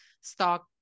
stock